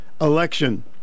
election